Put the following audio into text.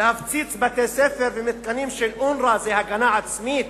להפציץ בתי-ספר ומתקנים של אונר"א זה הגנה עצמית?